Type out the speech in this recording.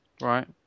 right